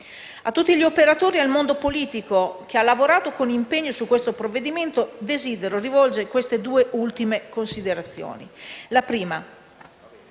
A tutti gli operatori e al mondo politico, che ha lavorato con impegno su questo provvedimento, desidero rivolgere due ultime considerazioni.